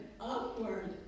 upward